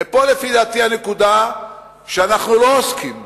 ופה לפי דעתי הנקודה שאנחנו לא עוסקים בה,